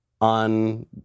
on